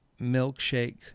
milkshake